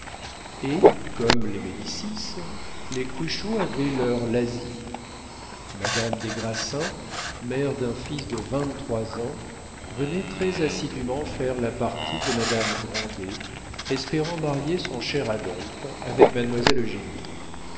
et comme les médicis les cruchot avaient leurs pazzi madame des grassins mère d'un fils de vingt-trois ans venait très assidûment faire la partie de madame grandet espérant marier son cher adolphe avec mademoiselle